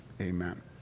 amen